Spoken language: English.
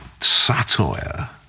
satire